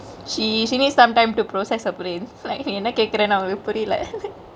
she she needs some time to process her brain like நீ என்னா கேக்குரனு அவளுக்கு புரியல: nee enna kekurenu avaluku puriyale